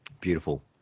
Beautiful